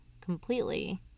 completely